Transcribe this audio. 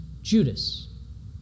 Judas